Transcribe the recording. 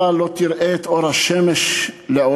אתה לא תראה את אור השמש לעולם.